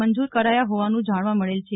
મંજુર કરાયા હોવાનું જાણવા મળેલ છે